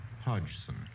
Hodgson